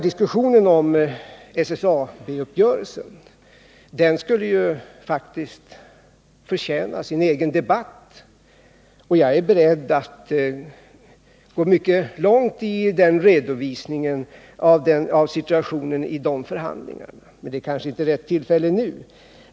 Diskussionen om SSA uppgörelsen skulle faktiskt förtjäna en egen debatt. Jag är beredd att gå mycket långt i redovisning av situationen vid de förhandlingarna, men det kanske inte är rätta tillfället att göra det nu.